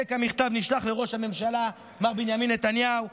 העתק המכתב נשלח לראש הממשלה מר בנימין נתניהו,